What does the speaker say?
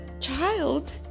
child